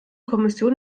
kommission